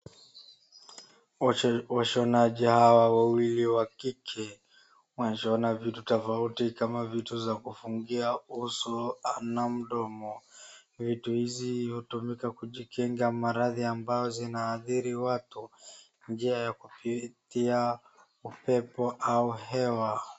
Washonaji hawa wawili wakike wanashona vitu tofauti kama vitu vya kufungia uso na mdomo. Hizi hutumika kujikinga maelezi ambao zinaadhiri watu, njia ya kuzuia upepo au hewa.